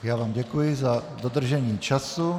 Já vám děkuji za dodržení času.